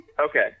Okay